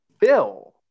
Bill